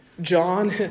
John